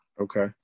Okay